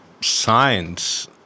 science